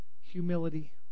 humility